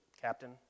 Captain